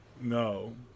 no